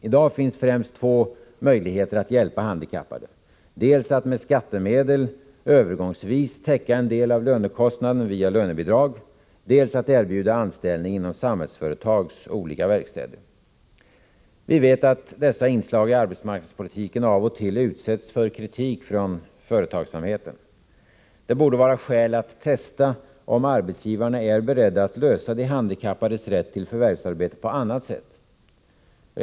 I dag finns främst två möjligheter att hjälpa handikappade: dels att med skattemedel övergångsvis täcka en del av lönekostnaden via lönebidrag, dels att erbjuda anställning inom Samhällsföretags olika verkstäder. Vi vet att dessa inslag i arbetsmarknadspolitiken av och till utsätts för kritik från företagsamheten. Det borde vara skäl att testa om arbetsgivarna är beredda att lösa frågan om de handikappades rätt till förvärvsarbete på annat sätt.